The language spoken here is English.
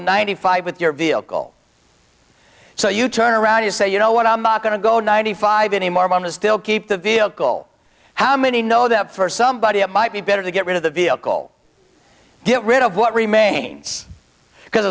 ninety five with your vehicle so you turn around and say you know what i'm going to go ninety five any more money and still keep the vehicle how many know that for somebody it might be better to get rid of the vehicle get rid of what remains because